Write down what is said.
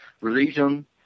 religion